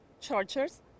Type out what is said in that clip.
chargers